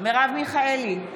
מרב מיכאלי,